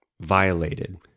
violated